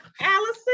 Allison